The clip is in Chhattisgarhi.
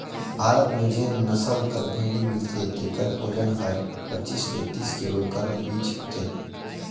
भारत में जेन नसल कर भेंड़ी मिलथे तेकर ओजन हर पचीस ले तीस किलो कर बीच होथे